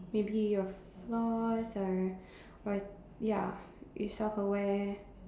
maybe your flaws your or ya you self aware